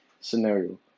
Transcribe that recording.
scenario